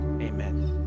Amen